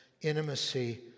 intimacy